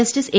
justice A